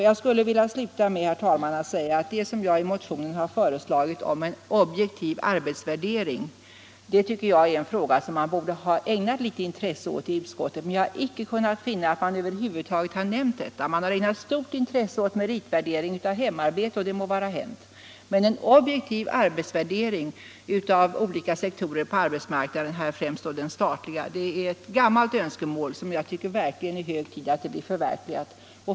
Jag skulle vilja sluta med att säga, herr talman, att det jag i motionen föreslagit om en objektiv arbetsvärdering tycker jag är en fråga som man borde ha ägnat litet intresse åt i utskottet. Men jag har icke kunnat finna att man över huvud taget har nämnt det. Man har ägnat stort intresse åt meritvärdering av hemarbete, och det må vara hänt. Men en objektiv arbetsvärdering av olika sektorer av arbetsmarknaden —- främst den statliga —- är ett gammalt önskemål som jag verkligen tycker att det är hög tid att förverkliga.